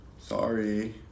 Sorry